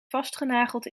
vastgenageld